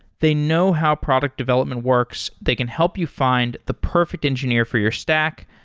they know how product development works. they can help you find the perfect engineer for your stack,